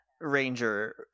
Ranger